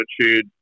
attitude